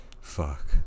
Fuck